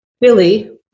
Billy